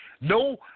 no